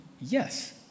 Yes